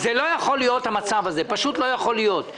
זה לא יכול להיות המצב הזה, פשוט לא יכול להיות.